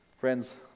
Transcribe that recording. friends